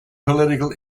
political